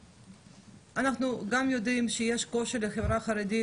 אנחנו גם יודעים שיש קושי לחברה החרדית